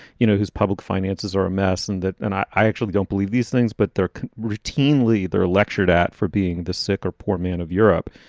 you know, whose public finances are a mess? and that and i i actually don't believe these things, but they're routinely they're lectured at for being the sick or poor men of europe.